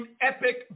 epic